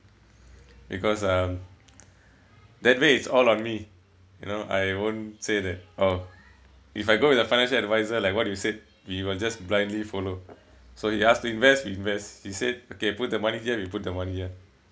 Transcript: because um that way it's all on me you know I won't say that oh if I go with a financial advisor like what you said we will just blindly follow so he ask to invest we invest he said okay put the money here we put the money here